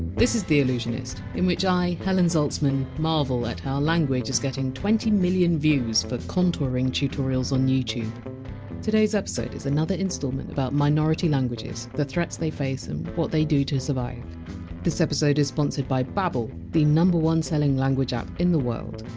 this is the allusionist, in which i, helen zaltzman, marvel at how language is getting twenty m views for contouring tutorials on youtube today! s episode is another instalment about minority languages, the threats they face and what they do to survive this episode is sponsored by babbel, the number one selling language app in the world.